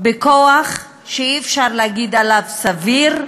בכוח שאי-אפשר להגיד עליו "סביר",